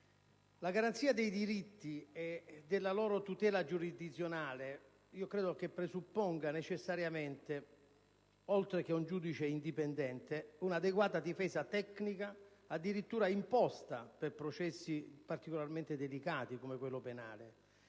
la garanzia dei diritti e della loro tutela giurisdizionale presupponga necessariamente, oltre ad un giudice indipendente, un'adeguata difesa tecnica, addirittura imposta per processi particolarmente delicati come quello penale.